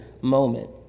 moment